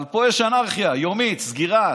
אבל פה יש אנרכיה יומית, סגירה